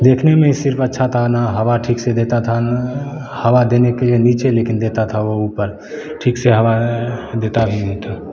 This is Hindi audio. देखने में ही सिर्फ अच्छा था ना हवा ठीक से देता था ना हवा देने के लिए नीचे लेकिन देता था वह ऊपर ठीक से हवा देता भी नहीं था